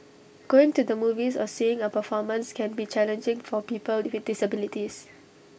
going to the movies or seeing A performance can be challenging for people with disabilities